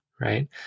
right